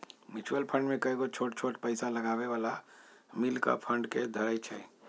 mutual fund में कयगो छोट छोट पइसा लगाबे बला मिल कऽ फंड के धरइ छइ